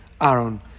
Aaron